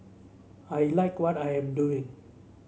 I like what I am doing